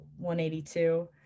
182